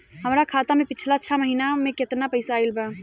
हमरा खाता मे पिछला छह महीना मे केतना पैसा आईल बा?